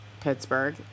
Pittsburgh